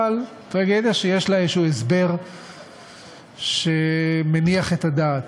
אבל טרגדיה שיש לה איזשהו הסבר שמניח את הדעת.